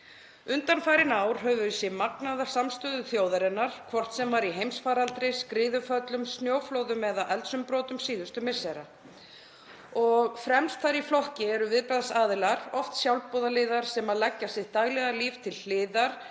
Undanfarin ár höfum við séð magnaða samstöðu þjóðarinnar, hvort sem var í heimsfaraldri, skriðuföllum, snjóflóðum eða eldsumbrotum síðustu missera. Fremst þar í flokki eru viðbragðsaðilar, oft sjálfboðaliðar sem leggja sitt daglega líf til hliðar